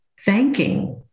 thanking